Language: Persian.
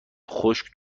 خشک